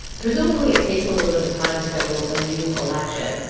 presumably, it takes a little bit of time to schedule a new election.